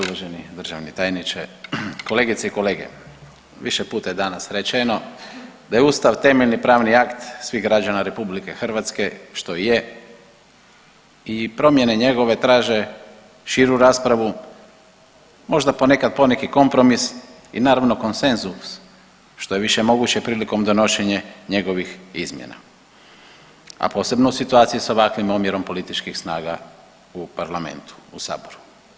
Uvaženi državni tajniče, kolegice i kolege, više puta je danas rečeno da je ustav temeljni pravni akt svih građana RH, što je i promjene njegove traže širu raspravu, možda ponekad poneki kompromis i naravno konsenzus što je više moguće prilikom donošenja njegovih izmjena, a posebno u situaciji sa ovakvim omjerom političkih snaga u parlamentu, u saboru.